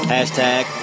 Hashtag